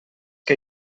que